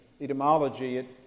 etymology